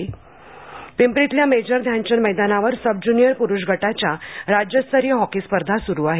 hockey स्पर्धा पिंपरीतल्या major Dhyanchand मैदानावर सब ज्युनियर पुरुष गटाच्या राज्यस्तरीय हॉकी स्पर्धा सुरु आहे